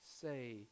say